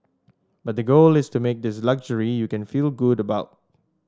but the goal is to make this luxury you can feel good about